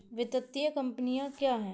वित्तीय कम्पनी क्या है?